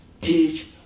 teach